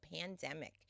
pandemic